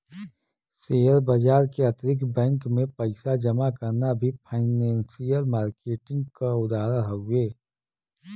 share बाजार के अतिरिक्त बैंक में पइसा जमा करना भी फाइनेंसियल मार्किट क उदाहरण हउवे